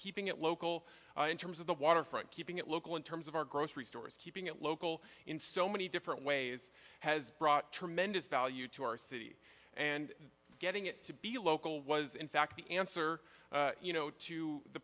keeping it local in terms of the waterfront keeping it local in terms of our grocery stores keeping it local in so many different ways has brought tremendous value to our city and getting it to be local was in fact the answer you know to the